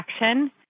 action